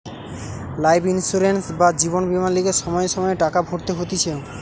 life insurance বা জীবন বীমার লিগে সময়ে সময়ে টাকা ভরতে হতিছে